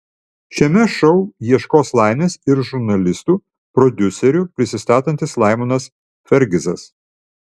šiame šou ieškos laimės ir žurnalistu prodiuseriu prisistatantis laimonas fergizas